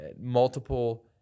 multiple